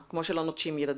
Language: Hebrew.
כמו שלא נוטשים ילדים.